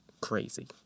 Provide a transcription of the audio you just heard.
crazy